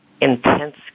intense